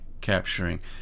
capturing